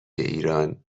ایران